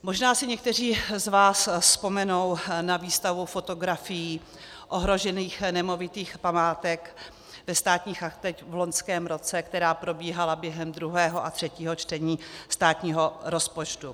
Možná si někteří z vás vzpomenou na výstavu fotografií ohrožených nemovitých památek ve Státních aktech v loňském roce, která probíhala během druhého a třetího čtení státního rozpočtu.